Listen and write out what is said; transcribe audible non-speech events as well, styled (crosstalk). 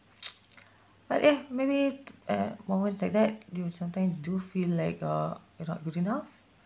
(noise) but ya maybe at moments like that you sometimes do feel like uh you're not good enough